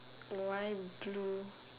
why blue